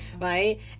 right